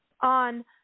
on